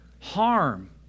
harm